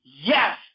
yes